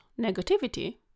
negativity